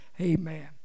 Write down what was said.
Amen